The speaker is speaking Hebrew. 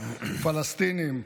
פלסטינים,